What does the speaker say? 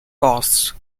costs